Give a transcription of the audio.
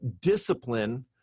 discipline